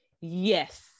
Yes